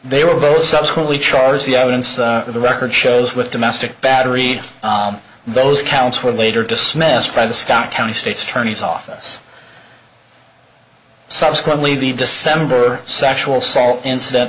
they were both subsequently char's the evidence the record shows with domestic battery those counts were later dismissed by the scott county state's attorney's office subsequently the december sexual soul incident